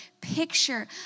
picture